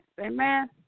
Amen